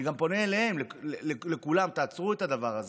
אני גם פונה אליהם, לכולם: תעצרו את הדבר הזה.